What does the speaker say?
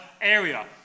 area